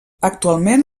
actualment